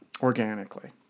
organically